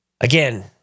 Again